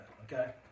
Okay